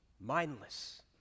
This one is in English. mindless